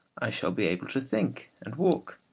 i shall be able to think, and walk,